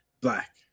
black